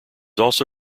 also